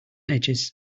edges